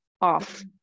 off